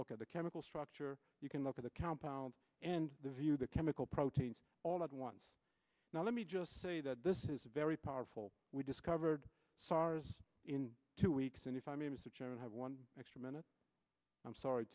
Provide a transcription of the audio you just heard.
look at the chemical structure you can look at the countdown and the view of the chemical proteins all at once now let me just say that this is a very powerful we discovered sars in two weeks and if i may mr chairman have one extra minute i'm sorry